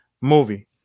movie